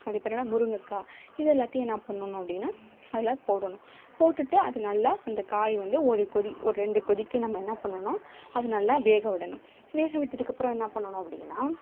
அது பேர் என்ன முருங்கக்காய் இது எல்லாத்தையும் என்ன பண்ணணும் அப்படின்னா அதில் போடணும் போட்டுவிட்டு அது நல்லா அந்த காய் வந்து ஒரு கொதி ஒரு ரெண்டு கொதிக்கு நம்ம என்ன பண்ணுன்னா அது நல்லா வேக விடணும் வேக விட்டதுக்கப்புறம் என்ன பண்ணணும் அப்படின்னா